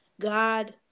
god